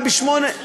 וב-20:00,